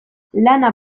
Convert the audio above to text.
lana